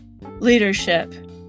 leadership